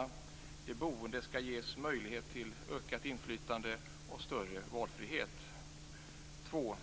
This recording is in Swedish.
För det första skall de boende ges möjlighet till ökat inflytande och större valfrihet. För